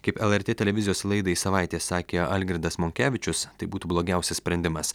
kaip lrt televizijos laidai savaitė sakė algirdas monkevičius tai būtų blogiausias sprendimas